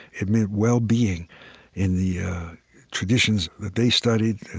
it meant well-being in the traditions that they studied.